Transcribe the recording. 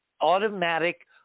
automatic